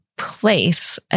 place